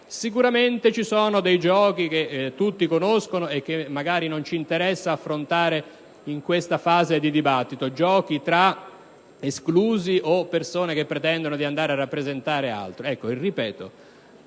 Sicuramente ci sono dei giochi che tutti conoscono e che magari non ci interessa affrontare in questa fase di dibattito, giochi tra esclusi o persone che pretendono di andare a rappresentarne altre.